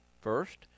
First